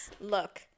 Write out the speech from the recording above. look